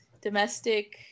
domestic